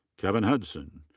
kevin hudson.